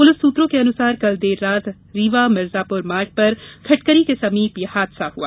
police सुत्रों के अनुसार कल देर रात रीवा मिर्जापुर मार्ग पर खटकरी के समीप यह हादसा हआ